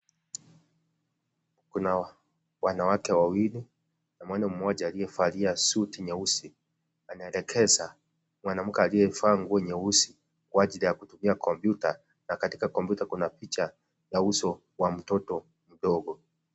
Kuna wanawake wawili, na mwanaume mmoja aliyavalia suti nyeusi. Anaelekeza mwanamke aliyavaa nguo nyeusi, kwa ajili ya kutumia kompyuta. Na katika kompiuta kuna picha ya uso wa mtoto mdogo.